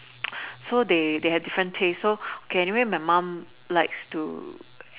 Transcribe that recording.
so they they had different tastes so anyway my mum likes to